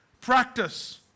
practice